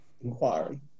inquiry